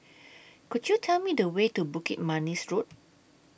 Could YOU Tell Me The Way to Bukit Manis Road